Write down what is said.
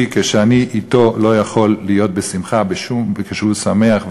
שאני אתו לא יכול להיות בשמחה כשהוא שמח,